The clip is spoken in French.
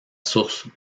source